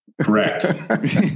Correct